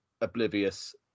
oblivious